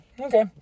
okay